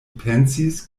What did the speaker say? pensis